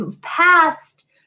past